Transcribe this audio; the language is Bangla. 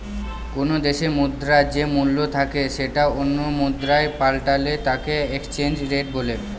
কোনো দেশে মুদ্রার যে মূল্য থাকে সেটা অন্য মুদ্রায় পাল্টালে তাকে এক্সচেঞ্জ রেট বলে